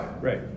right